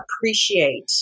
appreciate